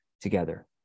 together